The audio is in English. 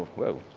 whoa.